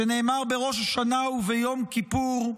שנאמר בראש השנה וביום כיפור: